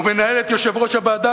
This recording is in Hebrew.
ומי שמנהל אותם ומנהל את יושב-ראש הוועדה,